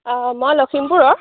অঁ মই লক্ষীমপুৰৰ